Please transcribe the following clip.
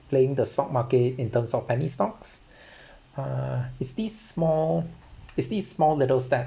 playing the stock market in terms of penny stocks uh it's this small it's this small little step